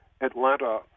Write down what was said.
Atlanta